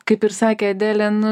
kaip ir sakė adelė nu